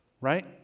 right